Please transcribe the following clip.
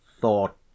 thought